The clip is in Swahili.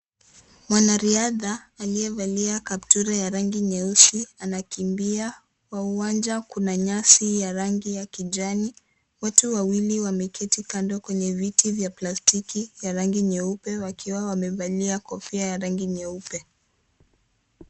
Mwanarihadha aliyevalia kaptura ya rangi nyeusi anakimbia kwa uwanja, kuna nyasi ya rangi ya kijani, watu wawili wameketi kando kwenye viti ya plastiki ya rangi nyeupe wakiwa wamevalia kofia ya rangi nyeupe.